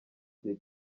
gihe